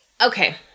Okay